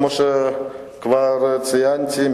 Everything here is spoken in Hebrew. כמו שכבר ציינתי,